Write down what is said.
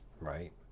right